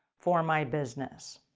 for my business?